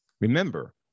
Remember